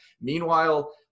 Meanwhile